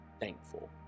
thankful